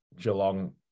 Geelong –